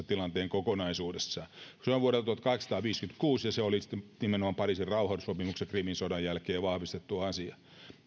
tilanteen turbulentissa kokonaisuudessa se on vuodelta tuhatkahdeksansataaviisikymmentäkuusi ja se oli nimenomaan pariisin rauhansopimuksessa krimin sodan jälkeen vahvistettu asia